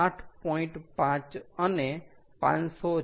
5 અને 504